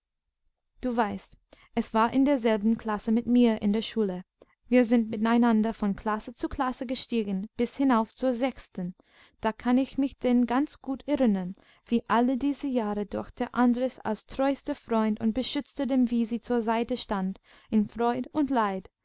du weißt es war in derselben klasse mit mir in der schule wir sind miteinander von klasse zu klasse gestiegen bis hinauf zur sechsten da kann ich mich denn ganz gut erinnern wie alle diese jahre durch der andres als treuster freund und beschützer dem wisi zur seite stand in freud und leid